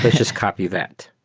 just copy that.